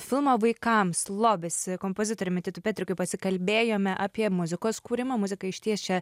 filmo vaikams lobis kompozitoriumi titu petrikiu pasikalbėjome apie muzikos kūrimą muzika išties čia